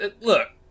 look